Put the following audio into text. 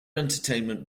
entertainment